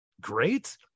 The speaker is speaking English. great